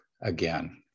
again